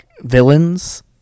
villains